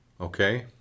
Okay